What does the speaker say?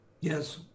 Yes